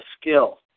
skill